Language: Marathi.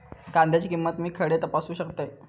कांद्याची किंमत मी खडे तपासू शकतय?